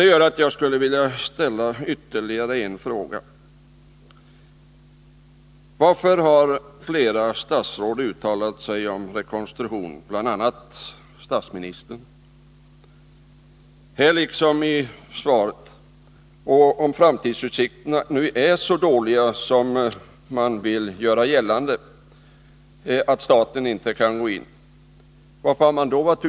Det gör att jag skulle vilja ställa ytterligare en fråga: Varför har flera statsråd, bl.a. statsministern, uttalat sig om rekonstruktion, här liksom i svaret, om framtidsutsikterna — som man vill göra gällande — nu är så dåliga att staten inte kan gå in och göra något?